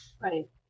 Right